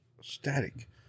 Static